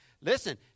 Listen